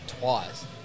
twice